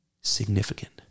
significant